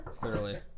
clearly